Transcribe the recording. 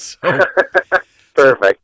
Perfect